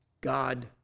God